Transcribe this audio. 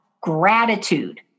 gratitude